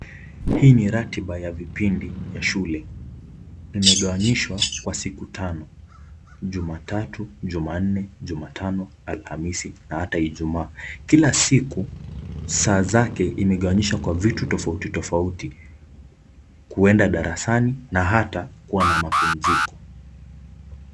Hii ni ratiba vya vipindi vya shule imekawanyishwa kwa siku tano jumatatu, jumanne, jumatano, Alhamisi na ata ijumaa Kila siku saa zake zimegawanyishwa kwa vitu tofauti tofauti kuenda darasani na ata kuwa na mapumziko.